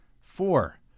Four